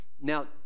now